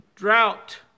Drought